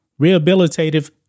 rehabilitative